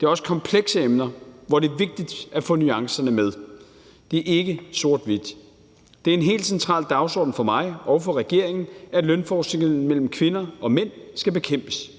Det er også komplekse emner, hvor det er vigtigt at få nuancerne med, det er ikke sort-hvidt. Det er en helt central dagsorden for mig og for regeringen, at lønforskellen mellem kvinder og mænd skal bekæmpes,